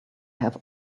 have